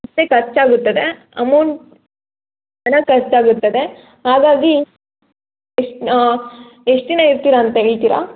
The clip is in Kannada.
ಖರ್ಚಾಗುತ್ತದೆ ಅಮೌಂಟ್ ಖರ್ಚಾಗುತ್ತದೆ ಹಾಗಾಗಿ ಎಷ್ ಎಷ್ಟು ದಿನ ಇರ್ತೀರ ಅಂತ ಹೇಳ್ತೀರ